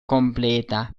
completa